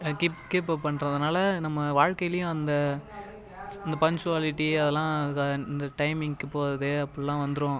keep up பண்ணுறதுனால நம்ம வாழ்க்கைலேயும் அந்த இந்த பன்சுவாலிட்டி அதெல்லாம் இந்த டைமிங்க்கு போகிறது அப்புடிலாம் வந்துடும்